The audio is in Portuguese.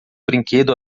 brinquedo